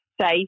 safe